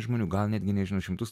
žmonių gal netgi nežino šimtus